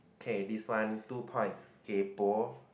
okay this one two points kaypoh